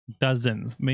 dozens